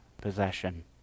possession